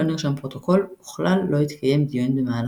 לא נרשם פרוטוקול וכלל לא התקיים דיון במהלכו.